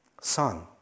Son